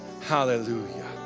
hallelujah